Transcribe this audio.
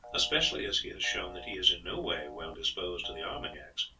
especially as he has shown that he is in no way well disposed to the armagnacs.